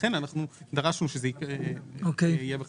לכן אנחנו דרשנו שזה יהיה בחקיקה.